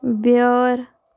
بیٲر